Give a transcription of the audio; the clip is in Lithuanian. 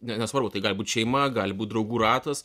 ne nesvarbu tai gali būt šeima gali būt draugų ratas